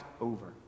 over